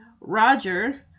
Roger